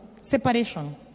separation